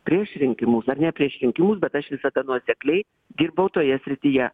prieš rinkimus ar ne priešrinkimus bet aš visada nuosekliai dirbau toje srityje